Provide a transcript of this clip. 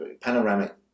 panoramic